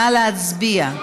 נא להצביע.